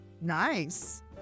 nice